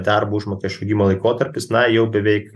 darbo užmokesčio gimo laikotarpis na jau beveik